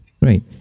right